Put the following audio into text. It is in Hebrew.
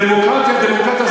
דמוקרטיה-דמוקרטיה,